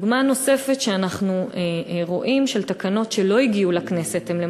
דוגמה נוספת שאנחנו רואים של תקנות שלא הגיעו לכנסת הן,